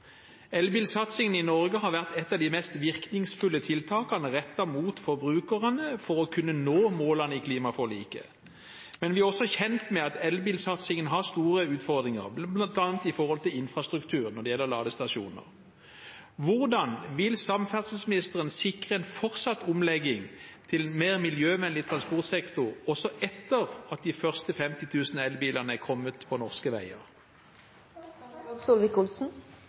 Elbilsatsingen i Norge har vært et av de mest virkningsfulle tiltakene rettet mot forbrukerne for å kunne nå målene i klimaforliket. Men vi er også kjent med at elbilsatsingen har store utfordringer, bl.a. knyttet til infrastruktur for ladestasjoner. Hvordan vil samferdselsministeren sikre en fortsatt omlegging til en mer miljøvennlig transportsektor også etter at de første 50 000 elbilene er kommet på norske veier?